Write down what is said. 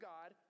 God